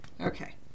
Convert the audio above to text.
okay